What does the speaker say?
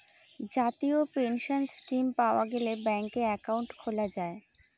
জাতীয় pension scheme পাওয়া গেলে ব্যাঙ্কে একাউন্ট খোলা যায়